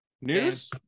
News